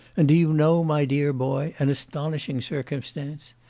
and do you know, my dear boy, an astonishing circumstance?